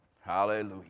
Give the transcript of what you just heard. Hallelujah